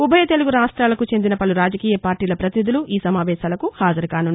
ఉభయ తెలుగురాష్ట్రాలకు చెందిన పలు రాజకీయ పార్టీల పతినిధులు ఈ సమావేశాలకు హాజరుకానున్నారు